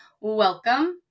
Welcome